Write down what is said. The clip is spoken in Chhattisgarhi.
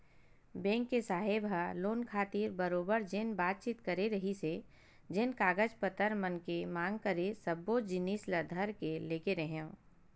बेंक के साहेब ह लोन खातिर बरोबर जेन बातचीत करे रिहिस हे जेन कागज पतर मन के मांग करे सब्बो जिनिस ल धर के लेगे रेहेंव